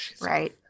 right